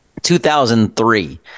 2003